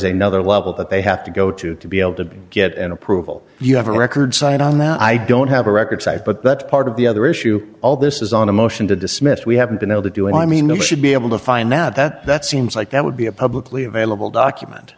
a nother level that they have to go to to be able to get an approval you have a record signed on that i don't have a record site but that's part of the other issue all this is on a motion to dismiss we haven't been able to do it i mean we should be able to find out that that seems like that would be a publicly available document